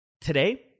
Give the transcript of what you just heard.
Today